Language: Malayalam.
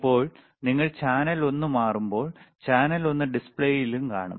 ഇപ്പോൾ നിങ്ങൾ ചാനൽ ഒന്ന് മാറുമ്പോൾ ചാനൽ ഒന്ന് ഡിസ്പ്ലേയിലും കാണും